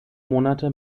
monate